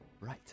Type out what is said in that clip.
right